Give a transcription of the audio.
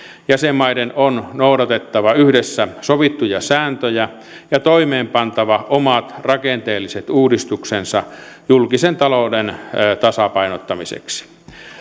jäsenmaiden on noudatettava yhdessä sovittuja sääntöjä ja toimeenpantava omat rakenteelliset uudistuksensa julkisen talouden tasapainottamiseksi